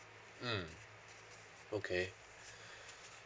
mm okay